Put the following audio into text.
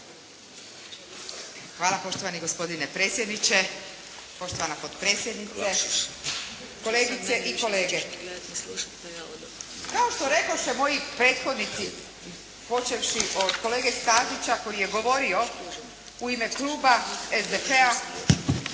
Hvala poštovani gospodine predsjedniče, poštovana potpredsjednice, kolegice i kolege. Kao što rekoše moji prethodnici, počevši od kolege Stazića koji je govorio u ime kluba SDP-a,